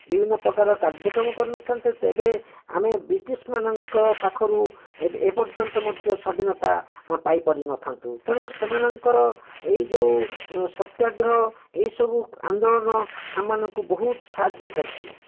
ବିଭିନ୍ନପ୍ରକାର କାର୍ଯ୍ୟକ୍ରମ କରିନଥାନ୍ତେ ତେବେ ଆମେ ବ୍ରିଟିଶ୍ମାନଙ୍କ ପାଖରୁ ଏ ପର୍ଯ୍ୟନ୍ତ ମଧ୍ୟ ସ୍ଵାଧୀନତା ପାଇ ପାରିନଥାନ୍ତୁ ତେଣୁ ସେମାନଙ୍କର ଏହି ଯେଉଁ ସତ୍ୟାଗ୍ରହ ଏହି ସବୁ ଆନ୍ଦୋଳନ ଆମମାନଙ୍କୁ ବହୁତ ସାହାଯ୍ୟ କରିଛି